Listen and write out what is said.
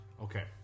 Okay